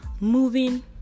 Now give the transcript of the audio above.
Moving